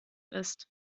ist